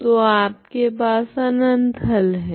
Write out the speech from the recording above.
तो आपके पास अनंत हल है